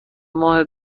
ماه